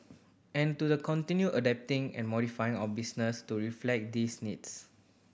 and to the continue adapting and modifying our business to reflect these needs